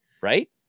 right